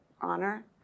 honor